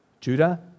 Judah